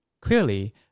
Clearly